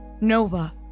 Nova